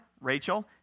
Rachel